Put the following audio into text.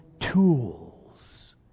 tools